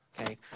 Okay